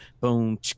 boom